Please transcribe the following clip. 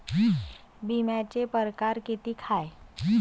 बिम्याचे परकार कितीक हाय?